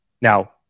Now